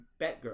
Batgirl